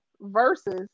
versus